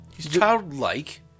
Childlike